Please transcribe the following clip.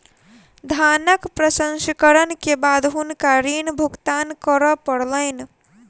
धानक प्रसंस्करण के बाद हुनका ऋण भुगतान करअ पड़लैन